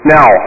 Now